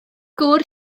gŵr